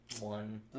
One